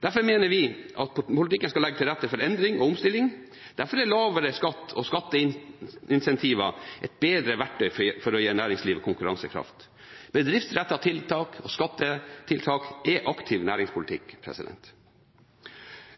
Derfor mener vi at politikken skal legge til rette for endring og omstilling. Derfor er lavere skatt og skatteincentiver et bedre verktøy for å gi næringslivet konkurransekraft. Bedriftsrettede tiltak og skattetiltak er aktiv næringspolitikk.